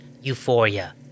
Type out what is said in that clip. Euphoria